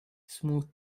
smooth